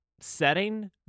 setting